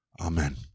Amen